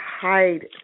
hide